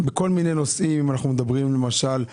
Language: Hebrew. בכל מיני נושאים - אם זה הנושא של הכמות,